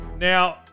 Now